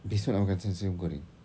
besok I want makan nasi sambal goreng